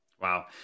Wow